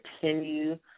continue